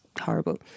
horrible